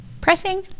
Pressing